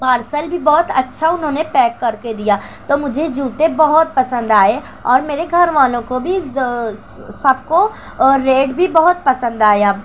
parcel بھی بہت اچھا انہوں نے پیک کر کے دیا تو مجھے جوتے بہت پسند آئے اور میرے گھر والوں کو بھی سب کو اور ریٹ بھی بہت پسند آیا